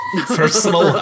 Personal